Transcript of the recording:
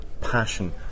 passion